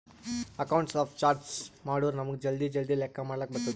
accounts of charts ಮಾಡುರ್ ನಮುಗ್ ಜಲ್ದಿ ಜಲ್ದಿ ಲೆಕ್ಕಾ ಮಾಡ್ಲಕ್ ಬರ್ತುದ್